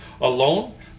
alone